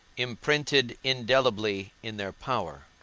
imprinted indelibly in their power.